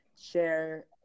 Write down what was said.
share